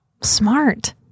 smart